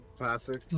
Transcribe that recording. classic